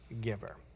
giver